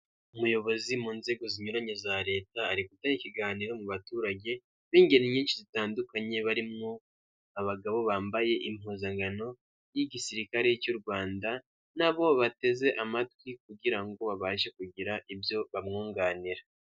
Umuyobozi mu nzego zinyuranye za leta ari gutanga ikiganiro mu baturage b'ingeri nyinshi zitandukanye, barimo abagabo bambaye impuzankano y'igisirikare cy'u Rwanda, na bo bateze amatwi kugirango babashe kugira ibyo bamwunganira.